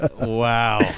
Wow